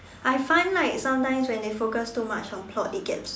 I find like sometimes when they focus too much on plot it gets